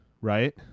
right